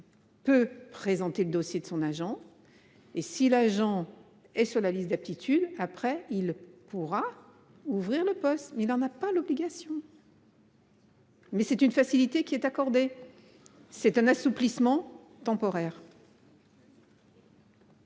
Peut présenter le dossier de son agent. Et si l'agent est sur la liste d'aptitude après il pourra ouvrir le poste il n'en a pas l'obligation. Mais c'est une facilité qui est accordée. C'est un assouplissement temporaire.